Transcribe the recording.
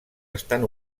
estan